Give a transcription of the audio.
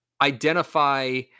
identify